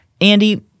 Andy